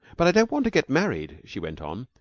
but i don't want to get married, she went on,